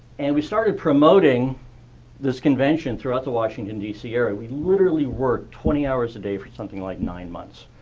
and we started promoting this convention throughout the washington d c. area. we literally worked twenty hours a day for something like nine months.